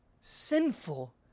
sinful